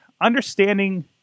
understanding